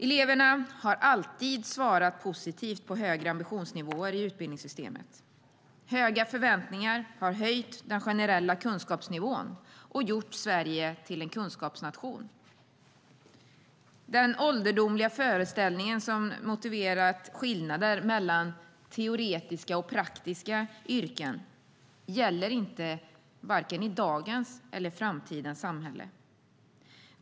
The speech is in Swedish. Eleverna har alltid svarat positivt på högre ambitionsnivåer i utbildningssystemet. Höga förväntningar har höjt den generella kunskapsnivån och gjort Sverige till en kunskapsnation. Den ålderdomliga föreställning som motiverat skillnader mellan teoretiska och praktiska yrken gäller inte vare sig i dagens eller i framtidens samhälle.